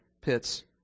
pits